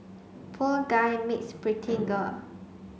poor guy meets pretty girl